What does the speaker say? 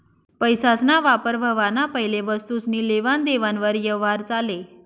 पैसासना वापर व्हवाना पैले वस्तुसनी लेवान देवान वर यवहार चाले